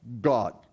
God